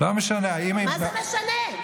מה זה משנה?